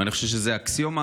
ואני חושב שזאת אקסיומה,